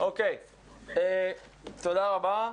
תודה רבה.